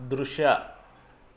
ದೃಶ್ಯ